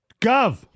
Gov